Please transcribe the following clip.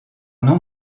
nom